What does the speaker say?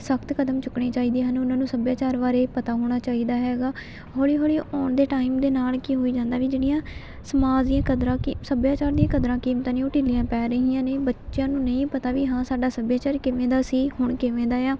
ਸਖ਼ਤ ਕਦਮ ਚੁੱਕਣੇ ਚਾਹੀਦੇ ਹਨ ਉਹਨਾਂ ਨੂੰ ਸੱਭਿਆਚਾਰ ਬਾਰੇ ਪਤਾ ਹੋਣਾ ਚਾਹੀਦਾ ਹੈਗਾ ਹੋਲੀ ਹੋਲੀ ਆਉਣ ਦੇ ਟਾਈਮ ਦੇ ਨਾਲ ਕੀ ਹੋਈ ਜਾਂਦਾ ਵੀ ਜਿਹੜੀਆਂ ਸਮਾਜ ਦੀਆਂ ਕਦਰਾਂ ਕੀ ਸੱਭਿਆਚਾਰ ਦੀਆਂ ਕਦਰਾਂ ਕੀਮਤਾਂ ਨੇ ਉਹ ਢਿੱਲੀਆਂ ਪੈ ਰਹੀਆਂ ਨੇ ਬੱਚਿਆਂ ਨੂੰ ਨਹੀਂ ਪਤਾ ਵੀ ਹਾਂ ਸਾਡਾ ਸੱਭਿਆਚਾਰ ਕਿਵੇਂ ਦਾ ਸੀ ਹੁਣ ਕਿਵੇਂ ਦਾ ਆ